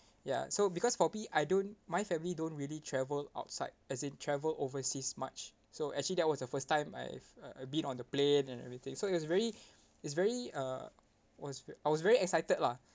ya so because for me I don't my family don't really travel outside as in travel overseas much so actually that was the first time I've uh uh been on the plane and everything so it's very it's very uh was I was very excited lah